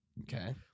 Okay